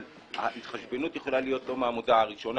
אבל ההתחשבנות יכולה להיות לא מהמודעה הראשונה.